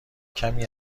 کمی